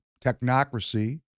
technocracy